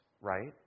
right